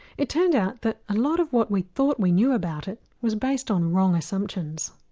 it turned out that a lot of what we thought we knew about it was based on wrong assumptions.